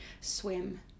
swim